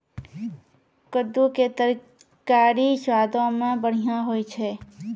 कद्दू के तरकारी स्वादो मे बढ़िया होय छै